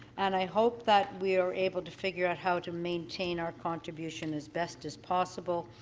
and i hope that we're able to figure out how to maintain or contribution as best as possible.